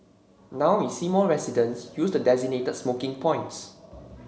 now we see more residents use the designated smoking points